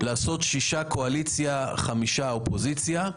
שישה לקואליציה וחמישה לאופוזיציה.